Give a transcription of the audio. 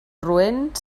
roent